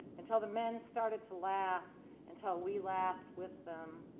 until the men started to laugh until we laughed with them.